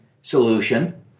solution